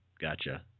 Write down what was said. Gotcha